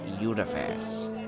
universe